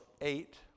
eight